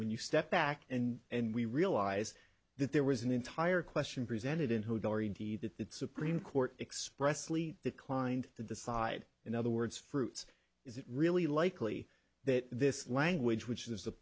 when you step back and and we realize that there was an entire question presented in who'd already that the supreme court expressly declined to decide in other words fruit is it really likely that this language which is the